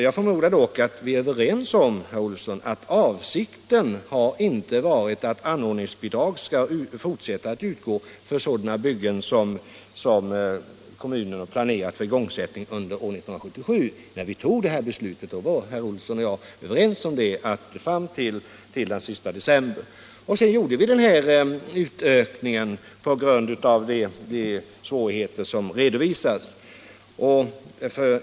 Jag förmodar att vi är överens om, herr Olsson, att avsikten inte har varit att anordningsbidraget skall fortsätta att utgå för sådana byggen som kommunerna har planerat för igångsättning under 1977. När vi fattade det här beslutet var herr Olsson och jag överens om att bidraget skulle utgå till den sista december. Sedan gjorde vi en förlängning på grund av de svårigheter som redovisades.